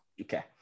Okay